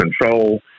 control